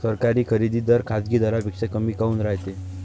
सरकारी खरेदी दर खाजगी दरापेक्षा कमी काऊन रायते?